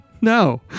No